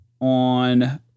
on